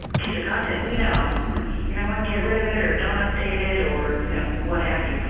piece of content, we know. you know what, get rid of it, or don't update it, or you know what have you.